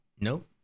nope